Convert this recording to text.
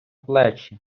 плечі